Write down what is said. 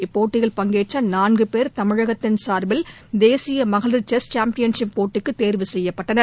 இப்போட்டியில் பங்கேற்ற நான்கு பேர் தமிழகத்தின் சார்பில் தேசிய மகளிர் செஸ் சேம்பியன்ஷிப் போட்டிக்கு தேர்வு செய்யப்பட்டனர்